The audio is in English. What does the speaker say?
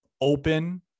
open